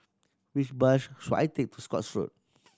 which bus should I take to Scotts Road